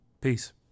Peace